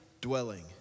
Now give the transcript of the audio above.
dwelling